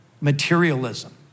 materialism